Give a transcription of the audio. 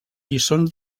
lliçons